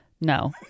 No